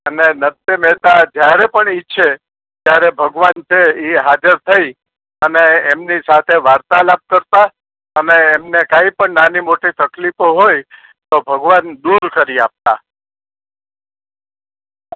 અને નરસિંહ મહેતા જ્યારે પણ ઈચ્છે ત્યારે ભગવાન છે એ હાજર થઈ અને એમની સાથે વાર્તાલાપ કરતાં અને એમને કંઈ પણ નાની મોટી તકલીફો હોય તો ભગવાન દૂર કરી આપતા